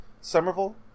Somerville